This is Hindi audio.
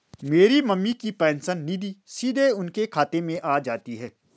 मेरी मम्मी की पेंशन निधि सीधे उनके खाते में आ जाती है